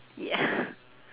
ya